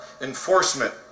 enforcement